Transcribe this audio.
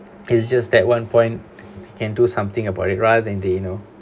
it's just that one point can do something about it rather than there you know